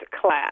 class